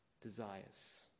desires